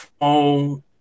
phone